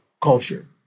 culture